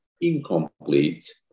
incomplete